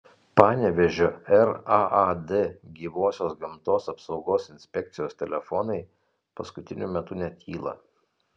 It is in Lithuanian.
panevėžio raad gyvosios gamtos apsaugos inspekcijos telefonai paskutiniu metu netyla